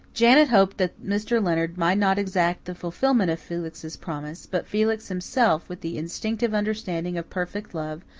janet hoped that mr. leonard might not exact the fulfilment of felix's promise but felix himself, with the instinctive understanding of perfect love,